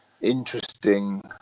interesting